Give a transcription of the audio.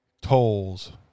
tolls